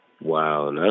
Wow